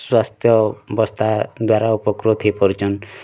ସ୍ୱାସ୍ଥ୍ୟ ଅବସ୍ଥା ଦ୍ଵାରା ଉପକୃତ୍ ହେଇ ପାରୁଛନ୍